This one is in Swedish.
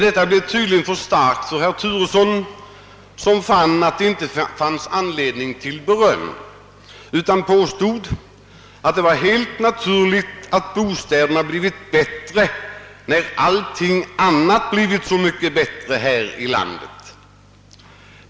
Detta blev tydligen för starkt för herr Turesson, som tyckte att det inte fanns anledning till beröm, utan påstod att det var helt naturligt att bostäderna blivit bättre när allt annat blivit så mycket bättre här i landet.